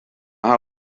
ha